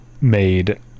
made